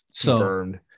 confirmed